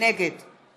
נגד